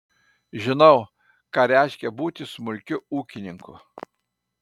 žinau ką reiškia būti smulkiu ūkininku